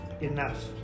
enough